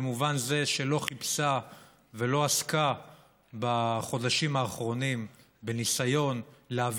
במובן זה שלא חיפשה ולא עסקה בחודשים האחרונים בניסיון להביא